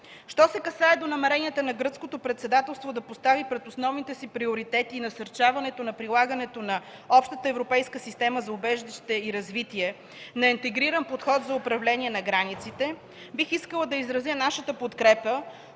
Що се касае до намеренията на Гръцкото председателство да постави пред основните си приоритети насърчаването на прилагането на Общата европейска система за убежища и развитие на интегриран подход за управление на границите, бих искала да изразя нашата подкрепа